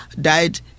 died